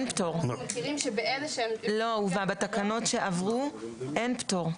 לא, בתקנות שעברו אין פטור.